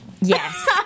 Yes